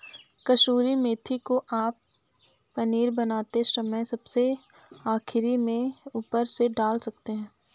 कसूरी मेथी को आप पनीर बनाते समय सबसे आखिरी में ऊपर से डाल सकते हैं